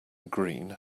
green